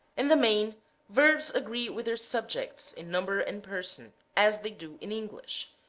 in the main verbs agree with their subjects in number and person as they do in english,